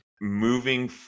moving